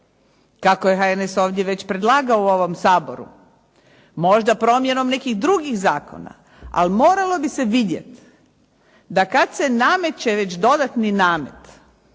kako je HNS ovdje već predlagao u ovom Saboru. Možda promjenom nekih drugih zakona. Ali moralo bi se vidjeti da kad se nameće već dodatni namet,